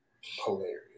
Hilarious